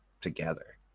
together